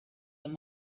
your